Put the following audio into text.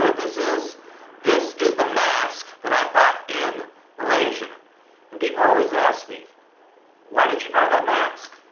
but this is this is the mask that i bought in malaysia and people always ask me why did you buy that mask?